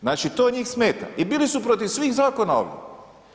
Znači, to njih smeta i bili su protiv svih zakona ovdje.